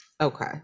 Okay